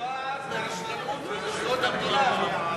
שנובעת מרשלנות של רשויות המדינה.